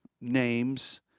names